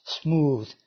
smooth